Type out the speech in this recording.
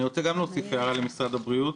גם אני רוצה להוסיף הערה למשרד הבריאות.